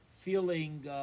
feeling